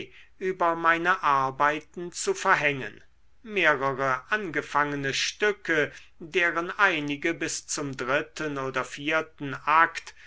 über meine arbeiten zu verhängen mehrere angefangene stücke deren einige bis zum dritten oder vierten akt